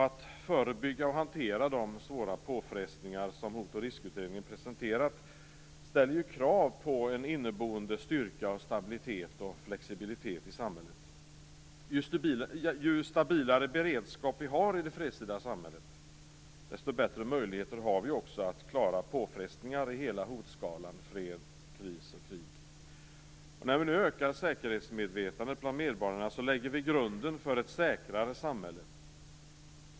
Att förebygga och hantera de svåra påfrestningar som Hot och riskutredningen presenterar ställer krav på samhällets inneboende styrka, stabilitet och flexibilitet. Ju stabilare beredskap vi har i det fredstida samhället, desto bättre möjligheter har vi också att klara påfrestningar längs hela hotskalan fred-kriskrig. När vi ökar säkerhetsmedvetandet bland medborgarna lägger vi grunden för ett säkrare samhälle.